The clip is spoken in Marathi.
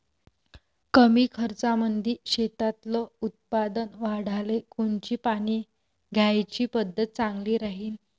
कमी खर्चामंदी शेतातलं उत्पादन वाढाले कोनची पानी द्याची पद्धत चांगली राहीन?